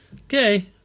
Okay